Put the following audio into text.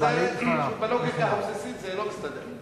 בלוגיקה הבסיסית זה לא מסתדר.